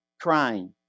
crying